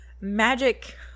magic